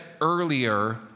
earlier